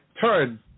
turn